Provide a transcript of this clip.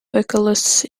vocalists